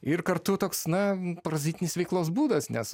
ir kartu toks na parazitinis veiklos būdas nes